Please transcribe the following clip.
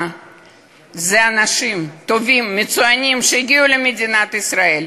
אמרת לאלה שהגיעו מאתיופיה,